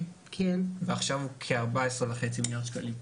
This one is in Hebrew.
ועכשיו הוא כ-14 וחצי מיליארד שקלים.